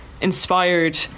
inspired